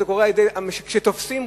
כשתופסים,